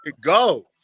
go